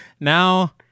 Now